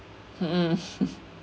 mm